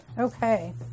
Okay